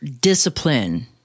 discipline